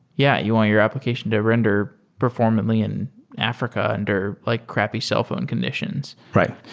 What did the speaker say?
yeah. you want your application to render performantly in africa under like crappy cellphone conditions. right.